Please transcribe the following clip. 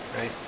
right